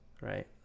Right